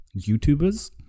YouTubers